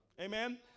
Amen